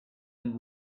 and